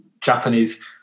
Japanese